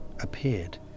appeared